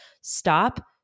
Stop